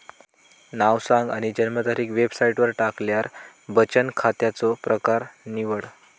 नाव सांग आणि जन्मतारीख वेबसाईटवर टाकल्यार बचन खात्याचो प्रकर निवड